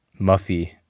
Muffy